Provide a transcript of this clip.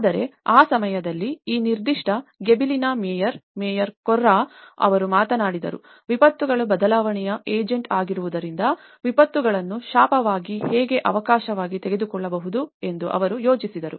ಆದರೆ ಆ ಸಮಯದಲ್ಲಿ ಆ ನಿರ್ದಿಷ್ಟ ಗಿಬೆಲಿನಾ ಮೇಯರ್ ಮೇಯರ್ ಕೊರ್ರಾ ಅವರು ಮಾತನಾಡಿದರು ವಿಪತ್ತುಗಳು ಬದಲಾವಣೆಯ ಏಜೆಂಟ್ ಆಗಿರುವುದರಿಂದ ವಿಪತ್ತುಗಳನ್ನು ಶಾಪವಾಗಿ ಹೇಗೆ ಅವಕಾಶವಾಗಿ ತೆಗೆದುಕೊಳ್ಳಬಹುದು ಎಂದು ಅವರು ಯೋಚಿಸಿದರು